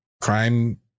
crime